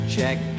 Check